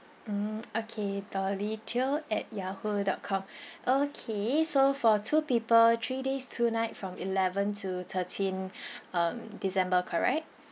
mm okay the retail at yahoo dot com okay so for two people three days two night from eleven to thirteen um december correct